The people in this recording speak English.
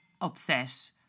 upset